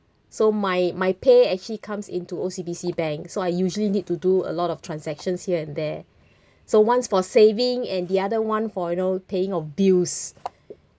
so my my pay actually comes into O_C_B_C bank so I usually need to do a lot of transactions here and there so one's for saving and the other one for you know paying of bills